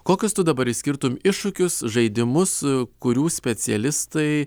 kokius tu dabar išskirtum iššūkius žaidimus kurių specialistai